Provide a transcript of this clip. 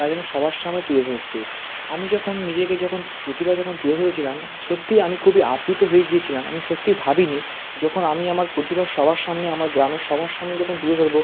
তা যেন সবার সামনে তুলে ধরতে আমি যখন নিজেকে যখন প্রতিভা যখন তুলে ধরেছিলাম সত্যিই আমি খুবই আপ্লুত হয়ে গিয়েছিলাম আমি সত্যিই ভাবিনি যখন আমি আমার প্রতিভা সবার সামনে আমার গ্রামের সবার সামনে যখন তুলে ধরব